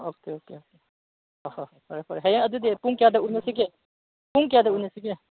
okay okay ꯑꯍꯥ ꯐꯔꯦ ꯐꯔꯦ ꯍꯌꯦꯡ ꯑꯗꯨꯗꯤ ꯄꯨꯡ ꯀꯌꯥꯗ ꯎꯅꯁꯤꯒꯦ ꯄꯨꯡ ꯀꯌꯥꯗ ꯎꯅꯁꯤꯒꯦ